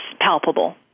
palpable